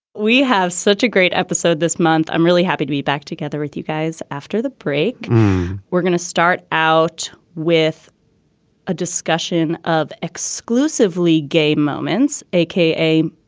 we have such a great episode this month. i'm really happy to be back together with you guys after the break we're gonna start out with a discussion of exclusively gay moments a k a.